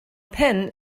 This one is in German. penh